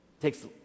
takes